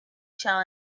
shall